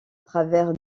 travers